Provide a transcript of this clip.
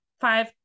five